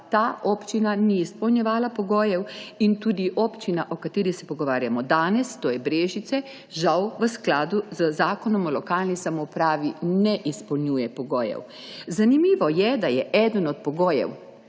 ta občina ni izpolnjevala pogojev, in tudi občina, o kateri se pogovarjamo danes, to so Brežice, žal v skladu z Zakonom o lokalni samoupravi ne izpolnjuje pogojev. Zanimivo je, da je eden od pogojev